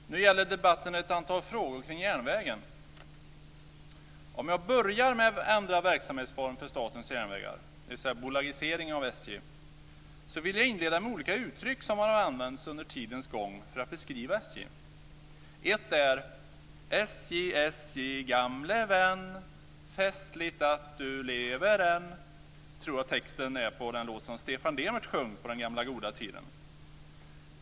Fru talman! Nu gäller debatten ett antal frågor kring järnvägen. Om jag börjar med ändrad verksamhetsform för Statens Järnvägar, dvs. bolagisering av SJ, så vill jag inleda med olika uttryck som har använts under tidens gång för att beskriva SJ. Ett är: "SJ, SJ gamle vän, festligt att du lever än..." Så tror jag att texten går på den låt som Stefan Demert sjöng på den gamla goda tiden.